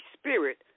Spirit